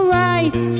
right